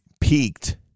peaked